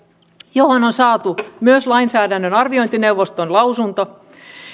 johon on saatu myös lainsäädännön arviointineuvoston lausunto